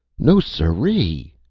no siree,